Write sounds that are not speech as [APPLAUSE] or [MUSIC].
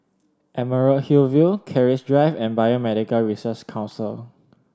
Emerald Hill [UNINTELLIGIBLE] Keris Drive and Biomedical [UNINTELLIGIBLE] Council